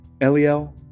Eliel